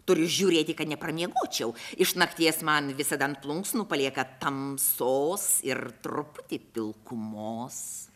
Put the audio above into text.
turiu žiūrėti kad nepramiegočiau iš nakties man visada ant plunksnų palieka tamsos ir truputį pilkumos